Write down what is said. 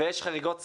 ויש חריגות שכר,